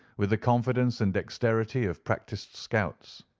with the confidence and dexterity of practised scouts.